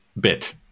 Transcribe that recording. bit